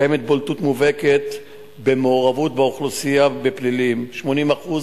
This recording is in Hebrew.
קיימת בולטות מובהקת באוכלוסייה במעורבות בפלילים: 80%